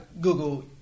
Google